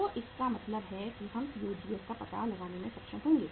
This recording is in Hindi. तो इसका मतलब है कि हम COGS का पता लगाने में सक्षम होंगे